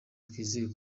twizeye